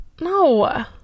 No